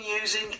using